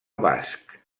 basc